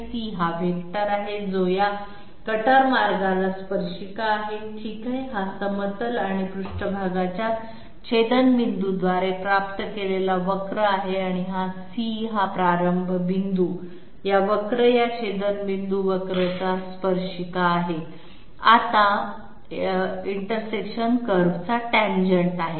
c हा vector आहे जो या कटर मार्गाला स्पर्शिका आहे ठीक आहे हा समतल आणि पृष्ठभागाच्या छेदनबिंदूद्वारे प्राप्त केलेला वक्र आहे आणि c हा प्रारंभ बिंदू या वक्र या छेदनबिंदू वक्र चा स्पर्शिका आहे